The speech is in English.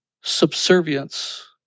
subservience